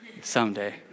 someday